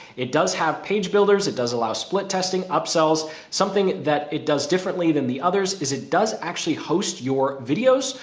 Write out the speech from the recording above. it does have page builders. it does allow split testing, upsells, something that it does differently than the others, is it does actually post your videos.